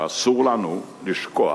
ואסור לנו לשקוע